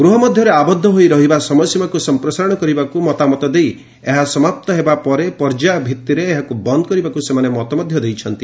ଗ୍ରହ ମଧ୍ୟରେ ଆବଦ୍ଧ ହୋଇ ରହିବା ସମୟସୀମାକୁ ସମ୍ପ୍ରସାରଣ କରିବାକୁ ମତାମତ ଦେଇ ଏହା ସମାପ୍ତ ହେବା ପରେ ପର୍ଯ୍ୟାୟ ଭିତ୍ତିରେ ଏହାକୁ ବନ୍ଦ କରିବାକୁ ସେମାନେ ମତ ଦେଇଛନ୍ତି